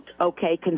okay